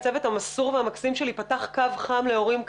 הצוות המסור והמקסים שלי פתח קו חם להורים כאלה.